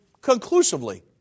conclusively